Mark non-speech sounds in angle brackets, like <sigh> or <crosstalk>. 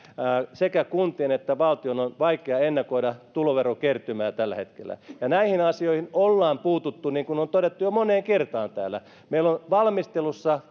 sekä kuntien että valtion on vaikea ennakoida tuloverokertymää tällä hetkellä näihin asioihin ollaan puututtu niin kuin on todettu jo moneen kertaan täällä meillä on valmistelussa <unintelligible>